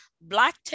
Black